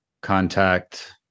contact